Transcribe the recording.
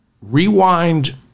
Rewind